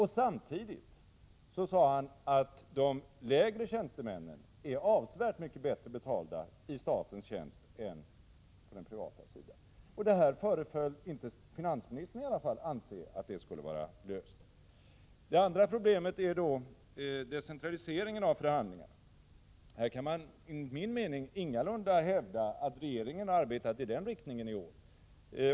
Samtidigt sade han att de lägre tjänstemännen är avsevärt mycket bättre betalda i statens tjänst än på den privata sidan. Den här frågan föreföll i varje fall inte finansministern anse vara löst. Det andra problemet är decentraliseringen av förhandlingarna. Här kan man enligt min mening ingalunda hävda att regeringen i år har arbetat i den riktningen.